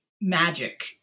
magic